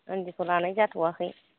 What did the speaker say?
इनदिखौ लानाय जाथ'वाखै